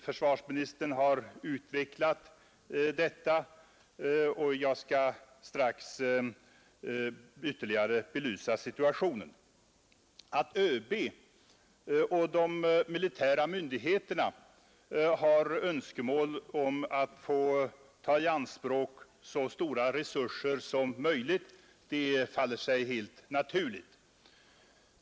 Försvarsministern har utvecklat detta, och jag skall strax ytterligare belysa situationen. Att ÖB och de militära myndigheterna har önskemål att få ta i anspråk så stora resurser som möjligt faller sig helt naturligt.